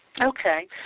Okay